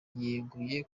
yaguye